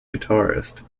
guitarist